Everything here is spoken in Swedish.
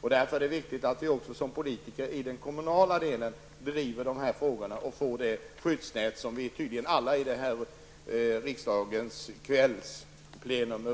Därför är det viktigt att vi politiker också inom kommunalpolitiken driver dessa frågor för att få det skyddsnät som vi tydligen alla är överens om under detta riksdagens kvällsplenum,